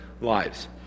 lives